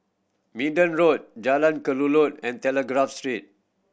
Minden Road Jalan Kelulut and Telegraph Street